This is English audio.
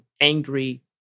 angry